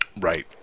Right